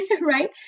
right